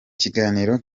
kiganiro